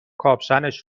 کاپشنش